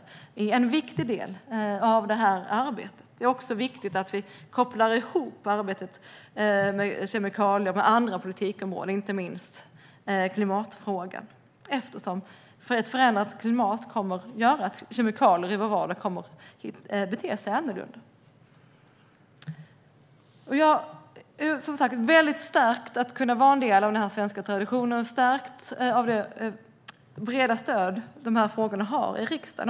Det är en viktig del av detta arbete. Det är också viktigt att vi kopplar ihop arbetet med kemikalier med andra politikområden, inte minst klimatfrågan. Ett förändrat klimat kommer nämligen att göra att kemikalier i vår vardag kommer att bete sig annorlunda. Jag känner mig också stärkt av att kunna vara en del av denna svenska tradition och av det breda stöd som dessa frågor har i riksdagen.